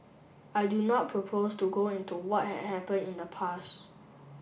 I do not propose to go into what had happened in the past